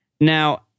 Now